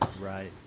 Right